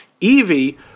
Evie